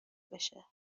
بشه